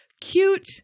cute